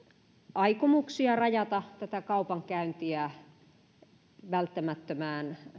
aikomuksia rajata tätä kaupankäyntiä välttämättömiin